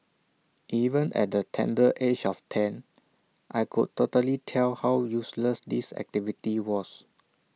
even at the tender age of ten I could totally tell how useless this activity was